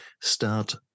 start